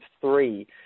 three